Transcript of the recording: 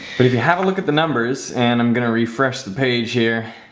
but if you have a look at the numbers, and i'm gonna refresh the page here,